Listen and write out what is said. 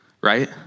right